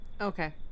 Okay